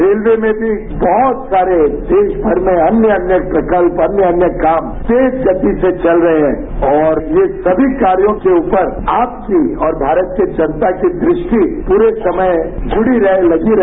railway में भी बहत सारे देशभर में अन्य अन्य प्रकल्प अन्य अन्य काम तेज गति से चल रहे हैं और ये सभी कार्यो के ऊपर आपकी और भारत की जनता की दृष्टि पूरे समय जुड़ी रहे लगी रहे